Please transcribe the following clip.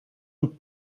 een